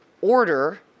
order